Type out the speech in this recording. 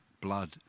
blood